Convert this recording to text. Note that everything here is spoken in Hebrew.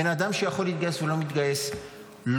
בן אדם שיכול להתגייס ולא מתגייס לא